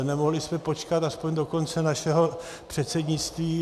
Nemohli jsme počkat aspoň do konce našeho předsednictví?